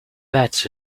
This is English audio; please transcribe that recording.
beds